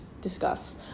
discuss